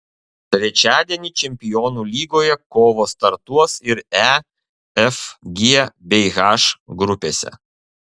trečiadienį čempionų lygoje kovos startuos ir e f g bei h grupėse